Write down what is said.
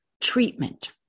treatment